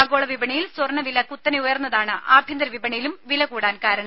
ആഗോള വിപണിയിൽ സ്വർണ്ണ വില കുത്തനെ ഉയർന്നതാണ് ആഭ്യന്തര വിപണിയിലും വില കൂടാൻ കാരണം